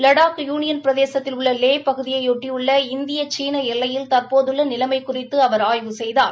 Ladakh union பிரதேசத்தில் உள்ள லே பகுதியையொட்டி உள்ள இந்திய சீன எல்லையில் தற்போதுள்ள நிலைமை குறித்து அவர் ஆய்வு செய்தார்